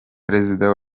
perezida